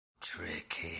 Tricky